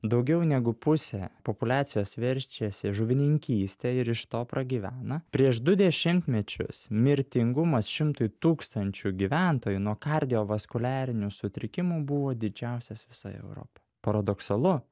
daugiau negu pusė populiacijos verčiasi žuvininkyste ir iš to pragyvena prieš du dešimtmečius mirtingumas šimtui tūkstančių gyventojų nuo kardiovaskuliarinių sutrikimų buvo didžiausias visoje europoj paradoksalu